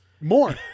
more